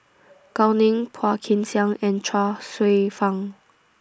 Gao Ning Phua Kin Siang and Chuang Hsueh Fang